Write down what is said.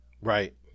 Right